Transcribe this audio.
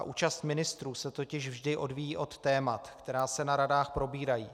Účast ministrů se totiž vždy odvíjí od témat, která se na radách probírají.